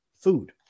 food